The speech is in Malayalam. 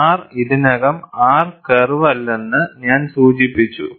R ഇതിനകം R കർവല്ലെന്ന് ഞാൻ സൂചിപ്പിച്ചു